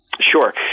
Sure